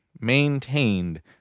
maintained